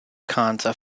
cancer